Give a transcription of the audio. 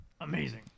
Amazing